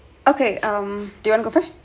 okay um do you want to go first